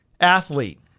Athlete